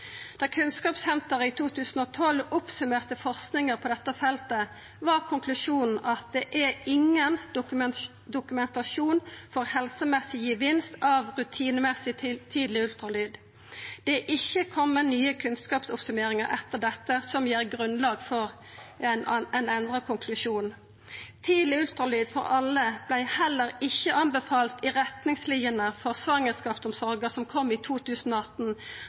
Da Kunnskapssenteret i 2012 summerte opp forskinga på dette feltet, var konklusjonen at det er ingen dokumentasjon på helsegevinst av rutinemessig tidleg ultralyd. Det har ikkje kome nye kunnskapsoppsummeringar etter dette som gir grunnlag for ein endra konklusjon. Tidleg ultralyd for alle vart heller ikkje anbefalt i retningslinene for svangerskapsomsorga som kom i 2018,